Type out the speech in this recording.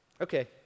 Okay